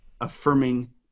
affirming